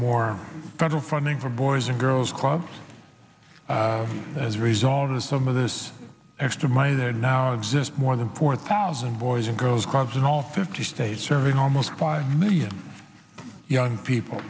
more federal funding for boys and girls clubs as a result of some of this extra money there now exists more than four thousand boys and girls clubs in all fifty states serving almost five million young people